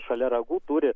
šalia ragų turi